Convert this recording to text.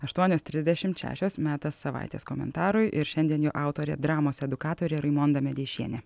aštuonios trisdešimt šešios metas savaitės komentarui ir šiandien jo autorė dramos edukatorė raimonda medeišienė